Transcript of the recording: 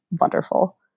wonderful